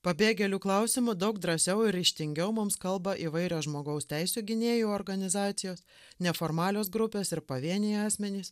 pabėgėlių klausimu daug drąsiau ir ryžtingiau mums kalba įvairios žmogaus teisių gynėjų organizacijos neformalios grupės ir pavieniai asmenys